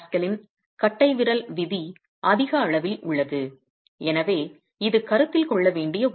3 MPa ன் கட்டைவிரல் விதி அதிக அளவில் உள்ளது எனவே இது கருத்தில் கொள்ள வேண்டிய ஒன்று